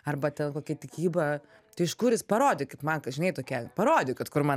arba ten kokia tikyba tai iš kur jis parodykit man ka žinai tokia parodykit kur man